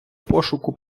пошуку